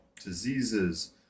diseases